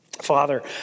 father